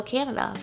Canada